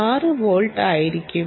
6 volt ആയിരിക്കും